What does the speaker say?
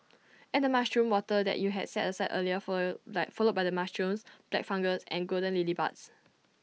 add the mushroom water that you had set aside earlier follow by followed by the mushrooms black fungus and golden lily buds